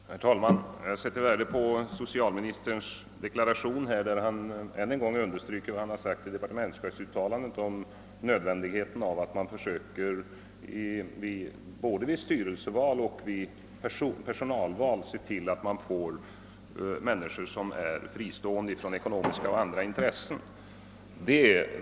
Herr talman! Jag sätter värde på socialministerns deklaration, vari han än en gång underströk vad han sagt i statsverkspropositionen om nödvändigheten av att man försöker se till att man till styrelseledamöter och personal utser personer som är oberoende av kommersiella och andra intressen.